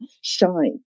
shine